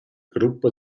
gruppa